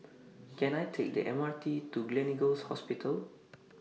Can I Take The M R T to Gleneagles Hospital